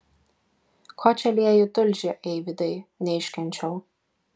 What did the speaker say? ko čia lieji tulžį eivydai neiškenčiau